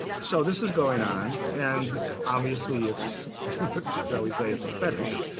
so this is going on. and obviously, it's shall we say, it's a fetish.